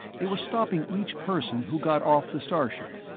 they were stopping each person who got off the starship,